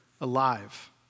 alive